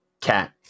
cat